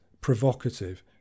provocative